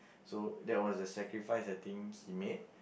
so that was the sacrifice I think he made